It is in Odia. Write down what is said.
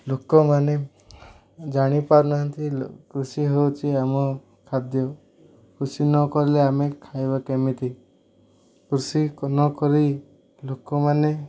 ଲୋକମାନେ ଜାଣିପାରୁନାହାନ୍ତି କୃଷି ହେଉଛି ଆମ ଖାଦ୍ୟ କୃଷି ନ କଲେ ଆମେ ଖାଇବା କେମିତି କୃଷି ନ କରି ଲୋକମାନେ